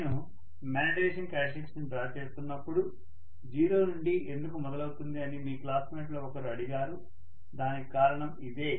నేను magnetisation characteristics ని draw చేస్తున్నపుడు జీరో నుండి ఎందుకు మొదలవుతుంది అని మీ క్లాస్మేట్లో ఒకరు అడిగారు దానికి కారణం ఇదే